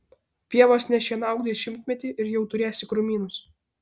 pievos nešienauk dešimtmetį ir jau turėsi krūmynus